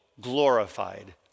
glorified